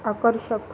आकर्षक